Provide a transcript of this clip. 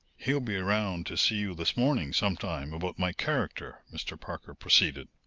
he'll be round to see you this morning, sometime, about my character, mr. parker proceeded.